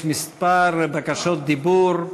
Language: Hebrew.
יש כמה בקשות דיבור.